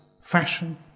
fashion